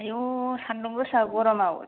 आइयु सान्दुं गोसा गरमआव